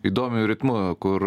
įdomiu ritmu kur